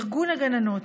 ארגון הגננות,